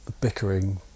bickering